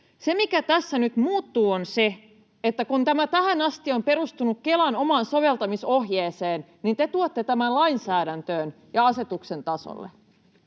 Se, mikä tässä nyt muuttuu, on se, että kun tähän asti tämä on perustunut Kelan omaan soveltamisohjeeseen, niin te tuotte tämän lainsäädäntöön ja asetuksen tasolle.